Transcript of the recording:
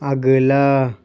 اگلا